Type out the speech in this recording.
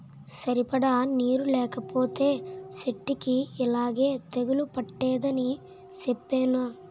సరిపడా నీరు లేకపోతే సెట్టుకి యిలాగే తెగులు పట్టేద్దని సెప్పేనా?